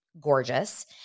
gorgeous